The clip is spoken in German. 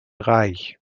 reich